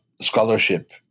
scholarship